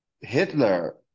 Hitler